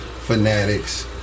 Fanatics